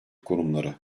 kurumları